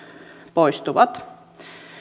poistuvat